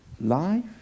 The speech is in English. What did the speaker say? Life